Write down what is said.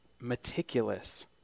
meticulous